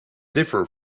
differ